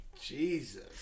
Jesus